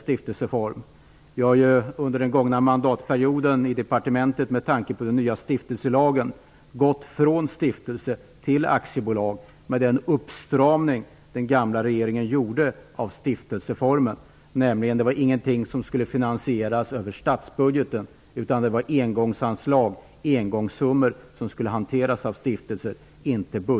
Vi har under den gångna mandatperioden i departementet, med tanke på den nya stiftelselagen, gått från stiftelse till aktiebolag, med den uppstramning som den gamla regeringen gjorde av stiftelseformen. Det var alltså ingenting som skulle finansieras över statsbudgeten, med budgetposter år från år, utan det var engångsanslag, engångssummor, som skulle hanteras av stiftelser.